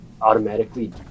automatically